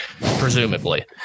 presumably